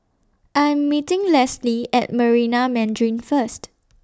I Am meeting Leslie At Marina Mandarin First